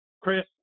Chris